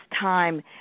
time